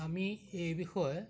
আমি এই বিষয়ে